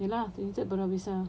ye lah twenty third november habis ah